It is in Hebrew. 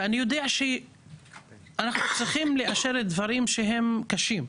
ואני יודע שאנחנו צריכים לאשר דברים שהם קשים.